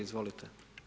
Izvolite.